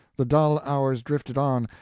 the dull hours drifted on.